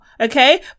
okay